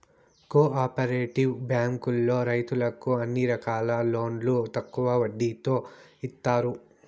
co operative బ్యాంకులో రైతులకు అన్ని రకాల లోన్లు తక్కువ వడ్డీతో ఇత్తాయి